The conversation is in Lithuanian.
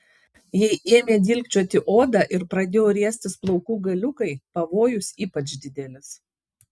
jei ėmė dilgčioti odą ir pradėjo riestis plaukų galiukai pavojus ypač didelis